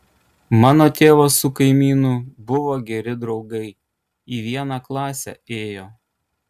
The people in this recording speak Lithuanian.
mano tėvas su kaimynu buvo geri draugai į vieną klasę ėjo